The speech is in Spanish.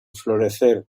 florecer